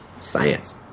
Science